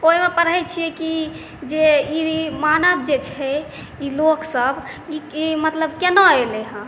ओहिमे पढ़ै छियै कि ई जे ई मानव जे छै ई लोकसभ ई केना एलै हँ